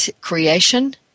creation